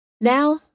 Now